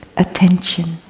attention.